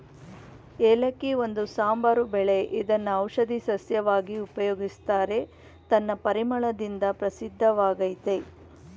ಏಲಕ್ಕಿ ಒಂದು ಸಾಂಬಾರು ಬೆಳೆ ಇದ್ನ ಔಷಧೀ ಸಸ್ಯವಾಗಿ ಉಪಯೋಗಿಸ್ತಾರೆ ತನ್ನ ಪರಿಮಳದಿಂದ ಪ್ರಸಿದ್ಧವಾಗಯ್ತೆ